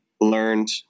learned